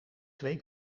twee